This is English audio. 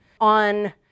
on